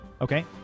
Okay